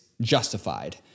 justified